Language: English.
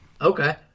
Okay